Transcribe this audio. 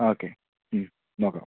okay നോക്കാം